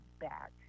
back